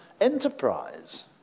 enterprise